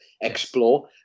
explore